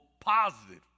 positive